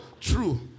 True